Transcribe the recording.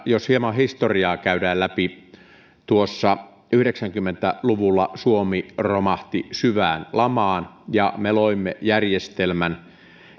jos hieman historiaa käydään läpi tuossa yhdeksänkymmentä luvulla suomi romahti syvään lamaan ja me loimme järjestelmän